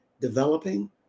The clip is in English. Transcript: developing